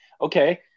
Okay